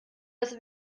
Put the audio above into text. das